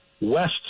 west